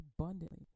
abundantly